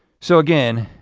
so again,